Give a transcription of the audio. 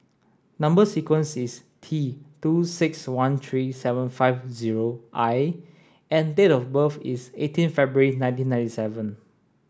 number sequence is T two six one three seven five zero I and date of birth is eighteen February nineteen ninety seven